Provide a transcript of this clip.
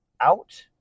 out